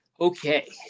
Okay